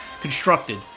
constructed